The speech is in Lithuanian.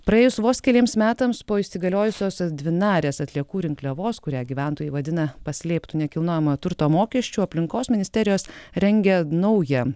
praėjus vos keliems metams po įsigaliojusiosios dvinarės atliekų rinkliavos kurią gyventojai vadina paslėptu nekilnojamojo turto mokesčiu aplinkos ministerijos rengia naują